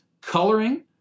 coloring